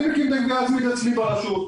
אני מקים את הגבייה העצמית אצלי ברשות.